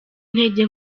intege